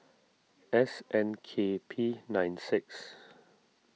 S N K P nine six